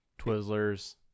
Twizzlers